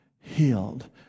healed